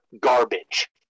garbage